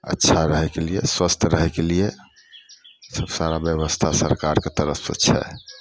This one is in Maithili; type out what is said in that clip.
अच्छा रहयके लिये स्वस्थ रहयके लिये सारा व्यवस्था सरकारके तरफसँ छै